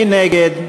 מי נגד?